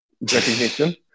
recognition